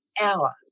hour